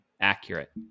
accurate